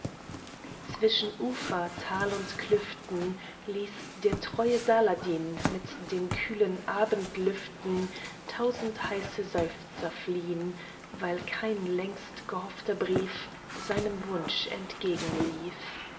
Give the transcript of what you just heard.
zwischen ufer tal und klüften ließ der treue saladin mit den kühlen abendlüften tausend heiße seufzer fliehn weil kein längst gehoffter brief seinem wunsch entgegenlief